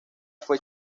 fue